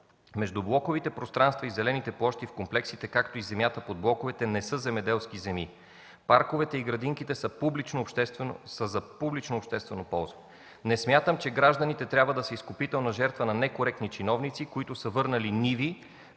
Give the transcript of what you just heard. Междублоковите пространства и зелените площи в комплексите, както и земята под блоковете, не са земеделски земи. Парковете и градинките са за публично обществено ползване. Не смятам, че гражданите трябва да са изкупителна жертва на некоректни чиновници, които са върнали ниви